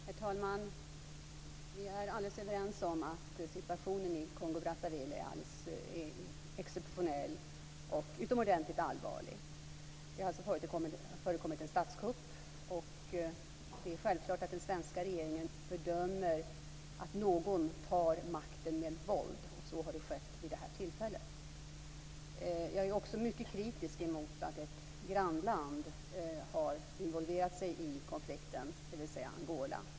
Herr talman! Vi är alldeles överens om att situationen i Kongo-Brazzaville är exceptionell och utomordentligt allvarlig. Det har alltså förekommit en statskupp. Självfallet fördömer den svenska regeringen att någon tar makten med våld, såsom skett vid det här tillfället. Jag är också mycket kritisk mot att ett grannland, Angola, har blandat sig i konflikten.